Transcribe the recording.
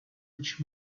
which